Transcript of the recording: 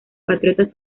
patriotas